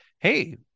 hey